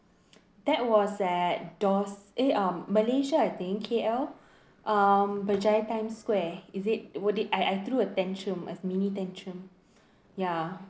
that was at doors eh um malaysia I think K_L um berjaya times square is it was it I I threw a tantrum a mini tantrum ya